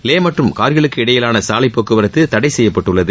லே மற்றும் கார்கிலுக்கு இடையிலான சாலை போக்குவரத்து தடை செய்யப்பட்டுள்ளது